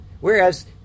Whereas